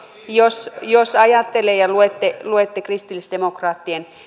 jos jos ajattelee ja luette luette kristillisdemokraattien